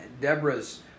Deborah's